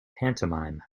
pantomime